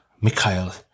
Mikhail